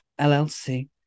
LLC